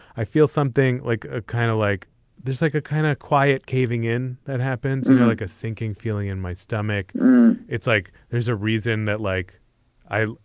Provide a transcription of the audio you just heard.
i feel something like a kind of like there's like a kind of quiet caving in that happens and then like a sinking feeling in my stomach it's like there's a reason that like i.